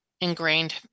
ingrained